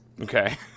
Okay